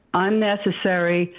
unnecessary,